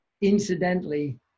incidentally